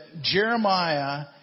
Jeremiah